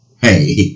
hey